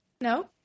No